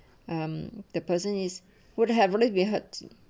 um the person is what haven't we heard